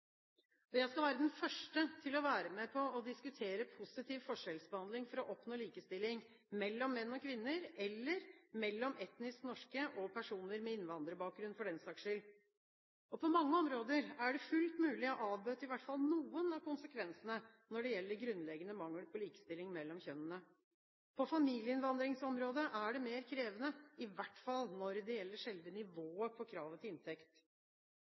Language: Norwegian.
Jeg skal være den første til å være med på å diskutere positiv forskjellsbehandling for å oppnå likestilling mellom menn og kvinner, eller mellom etnisk norske og personer med innvandrerbakgrunn, for den saks skyld. På mange områder er det fullt mulig å avbøte i hvert fall noen av konsekvensene når det gjelder grunnleggende mangel på likestilling mellom kjønnene. På familieinnvandringsområdet er det mer krevende, i hvert fall når det gjelder selve nivået på kravet til inntekt.